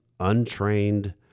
untrained